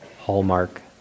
hallmark